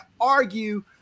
argue